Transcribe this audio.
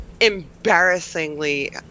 embarrassingly